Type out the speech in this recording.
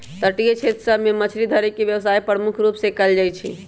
तटीय क्षेत्र सभ में मछरी धरे के व्यवसाय प्रमुख रूप से कएल जाइ छइ